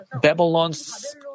Babylon's